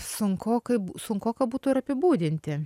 sunkokai sunkoka būtų ir apibūdinti